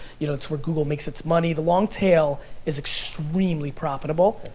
you know, it's where google makes its money, the long tail is extremely profitable.